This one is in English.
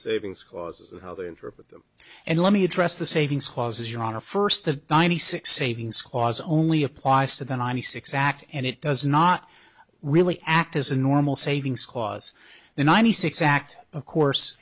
savings clauses and how they interpret them and let me address the savings clauses your honor first the ninety six savings clause only applies to the ninety six act and it does not really act as a normal savings clause the ninety six act of course